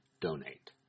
donate